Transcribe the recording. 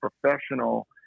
professional